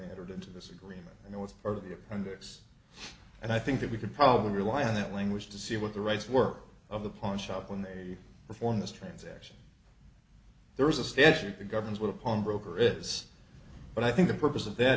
entered into this agreement and it was part of the apprentice and i think that we can probably rely on that language to see what the rights work of the pawnshop when they perform this transaction there is a statute that governs what upon broker is but i think the purpose of that